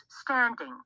standing